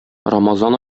рамазан